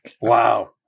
Wow